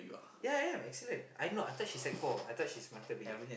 ya ya I'm excellent I know I thought she sec-four I thought she smarter a bit